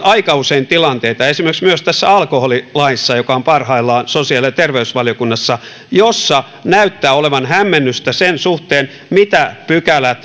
aika usein tilanteita esimerkiksi myös tässä alkoholilaissa joka on parhaillaan sosiaali ja terveysvaliokunnassa joissa näyttää olevan hämmennystä sen suhteen mitä pykälät